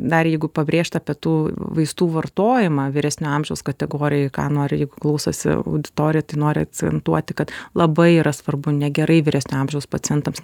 dar jeigu pabrėžt apie tų vaistų vartojimą vyresnio amžiaus kategorijoje ką nori jeigu klausosi auditorija tai noriu akcentuoti kad labai yra svarbu negerai vyresnio amžiaus pacientams